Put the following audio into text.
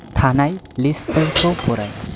थानाय लिस्टफोरखौ फराय